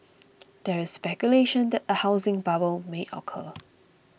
there is speculation that a housing bubble may occur